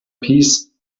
piece